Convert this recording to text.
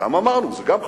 גם אמרנו, זה גם חשוב.